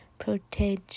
Protege